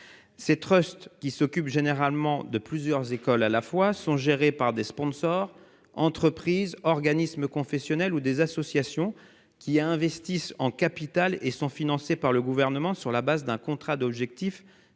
Ces trusts, qui s'occupent généralement de plusieurs écoles à la fois, sont gérés par des sponsors, des entreprises, des organismes confessionnels ou des associations, qui investissent en capital et sont financés par le gouvernement, sur la base d'un contrat d'objectifs